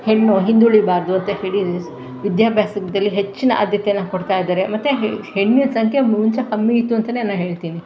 ಹೆಣ್ಣು ಹಿಂದುಳಿಬಾರದು ಅಂತ ಹೇಳಿ ವಿದ್ಯಾಭ್ಯಾಸದಲ್ಲಿ ಹೆಚ್ಚಿನ ಆದ್ಯತೆಯನ್ನು ಕೊಡ್ತಾಯಿದ್ದಾರೆ ಮತ್ತು ಹೆಣ್ಣಿನ ಸಂಖ್ಯೆ ಮುಂಚೆ ಕಮ್ಮಿ ಇತ್ತು ಅಂತಲೇ ನಾನು ಹೇಳ್ತೀನಿ